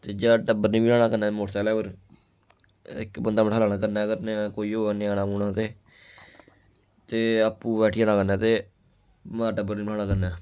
ते जां टब्बर न बठाना कन्नै मोटरसैकलै उप्पर इक बंदा बठाई लैना कन्नै कोई होऐ ञ्याना ञ्यानु ते ते आपूं बैठी जाना कन्नै ते मता टब्बर निं बठाना कन्नै